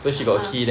ah